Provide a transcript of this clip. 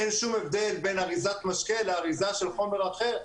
אין שום הבדל בין אריזת משקה לאריזה של חומר אחר,